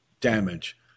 damage